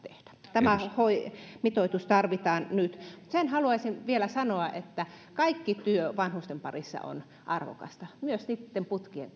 tämä mitoitus tarvitaan nyt mutta sen haluaisin vielä sanoa että kaikki työ vanhusten parissa on arvokasta myös niitten putkien